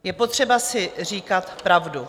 Je potřeba si říkat pravdu.